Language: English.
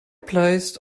placed